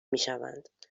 میشوند